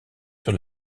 sur